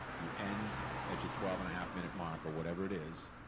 you end at your twelve-and-a-half minute mark, or whatever it is,